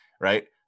Right